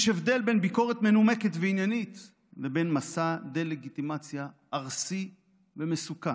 יש הבדל בין ביקורת מנומקת ועניינית לבין מסע דה-לגיטימציה ארסי ומסוכן